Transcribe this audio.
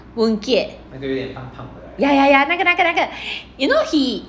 boon keat yeah yeah yeah 那个那个那个 you know he